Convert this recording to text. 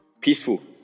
peaceful